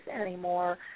anymore